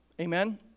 Amen